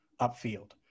upfield